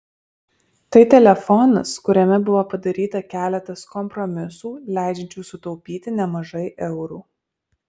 tai telefonas kuriame buvo padaryta keletas kompromisų leidžiančių sutaupyti nemažai eurų